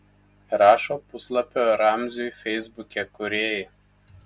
rašo puslapio ramziui feisbuke kūrėjai